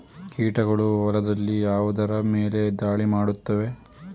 ಕೀಟಗಳು ಹೊಲದಲ್ಲಿ ಯಾವುದರ ಮೇಲೆ ಧಾಳಿ ಮಾಡುತ್ತವೆ?